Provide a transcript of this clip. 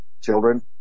children